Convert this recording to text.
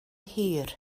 hir